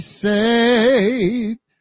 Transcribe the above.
saved